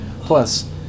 Plus